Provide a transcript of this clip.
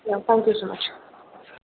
हां thank you so much